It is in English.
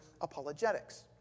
apologetics